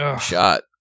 shot